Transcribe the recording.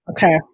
Okay